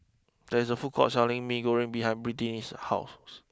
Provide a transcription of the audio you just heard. there is a food court selling Mee Goreng behind Britni's house